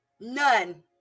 None